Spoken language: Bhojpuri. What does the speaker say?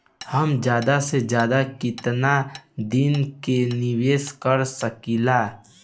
हम ज्यदा से ज्यदा केतना दिन के निवेश कर सकिला?